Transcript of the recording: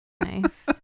nice